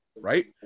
right